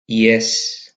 yes